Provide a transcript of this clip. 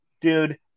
Dude